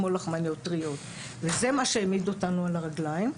כמו לחמניות טריות וזה מה שהעמיד אותנו על הרגליים.